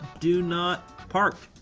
do not park.